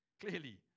clearly